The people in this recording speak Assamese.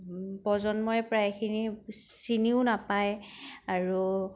প্ৰজন্মই প্ৰায়খিনি চিনিও নাপায় আৰু